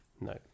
No